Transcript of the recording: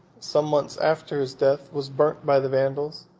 some months after his death, was burnt by the vandals,